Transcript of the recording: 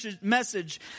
message